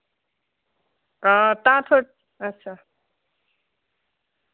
हां भांऐं थुआढ़े अच्छा